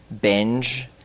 binge